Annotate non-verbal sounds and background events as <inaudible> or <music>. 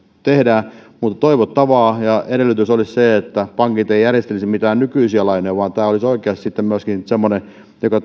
sitten tehdään toivottavaa ja edellytys olisi se että pankit eivät järjestelisi mitään nykyisiä lainoja vaan tämä olisi oikeasti semmoinen joka <unintelligible>